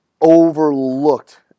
overlooked